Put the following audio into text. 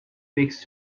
fix